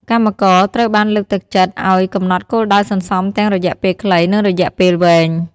កម្មករត្រូវបានលើកទឹកចិត្តឲ្យកំណត់គោលដៅសន្សំទាំងរយៈពេលខ្លី និងរយៈពេលវែង។